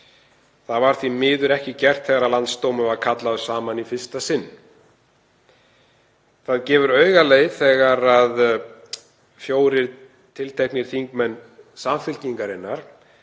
Það var því miður ekki gert þegar landsdómur var kallaður saman í fyrsta sinn. Það gefur augaleið þegar fjórir tilteknir þingmenn Samfylkingarinnar